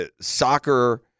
soccer